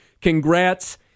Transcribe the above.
congrats